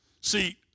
See